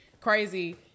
crazy